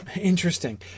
Interesting